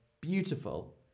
beautiful